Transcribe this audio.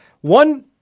one